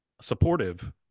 supportive